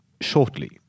shortly